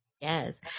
yes